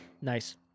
Nice